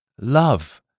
love